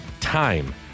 time